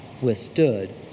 withstood